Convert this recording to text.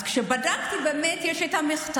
אז כשבדקתי, באמת יש מכתב.